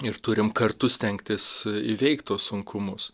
ir turim kartu stengtis įveikt tuos sunkumus